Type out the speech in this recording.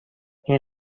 این